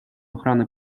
охраны